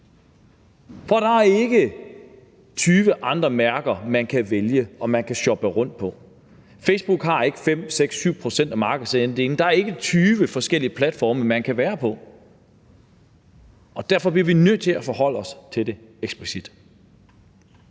For der er ikke 20 andre mærker, som man kan vælge og man kan shoppe rundt på. Facebook har ikke en markedsandel på 5, 6, 7 pct. Der er ikke 20 forskellige platforme, man kan være på. Og derfor bliver vi nødt til at forholde os til det eksplicit.